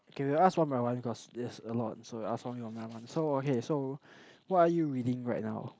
okay we ask one by one cause there's a lot so we ask only one by one so okay so what are you reading right now